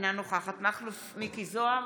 אינה נוכחת מכלוף מיקי זוהר,